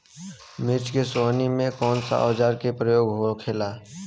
मिर्च के सोहनी में कौन सा औजार के प्रयोग होखेला?